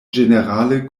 ĝenerale